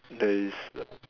there's